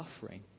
suffering